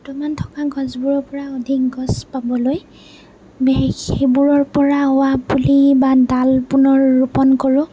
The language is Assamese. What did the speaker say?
বৰ্তমান থকা গছবোৰৰ পৰা অধিক গছ পাবলৈ সেইবোৰৰ পৰা হোৱা পুলি বা ডাল পুণৰ ৰোপন কৰোঁ